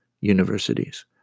universities